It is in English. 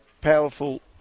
powerful